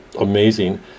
amazing